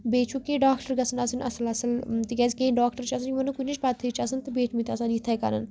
بیٚیہِ چھُ کہِ ڈاکٹر گَژھان آسٕنۍ اصل اصل تہِ کیازٕ کیٚنٛہہ ڈاکٹر چھِ آسان یِمن نہٕ کُنِچ پَتہی چھِ آسان تہٕ بیٹھمٕتۍ آسان اِتھاے کَنن